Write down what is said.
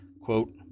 quote